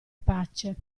pace